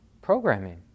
programming